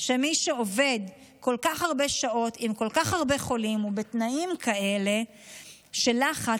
שמי שעובד כל כך הרבה שעות עם כל כך הרבה חולים ובתנאים כאלה של לחץ,